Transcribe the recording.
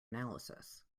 analysis